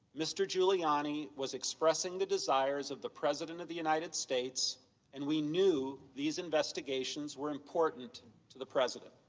mr. giuliani was expressing the desires of the president of the united states and we knew these investigations were important to the president.